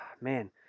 man